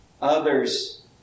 others